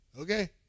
Okay